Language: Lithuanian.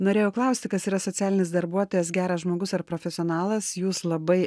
norėjau klausti kas yra socialinis darbuotojas geras žmogus ar profesionalas jūs labai